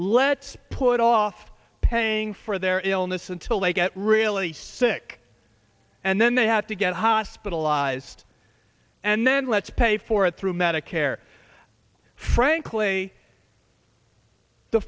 let's put off paying for their illness until they get really sick and then they have to get hospitalized and then let's pay for it through medicare frankly the